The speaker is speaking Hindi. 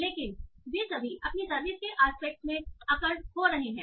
लेकिन वे सभी अपनी सर्विस के आस्पेक्ट में अकर हो रहे हैं